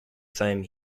same